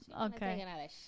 Okay